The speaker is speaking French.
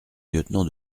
lieutenant